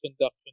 conduction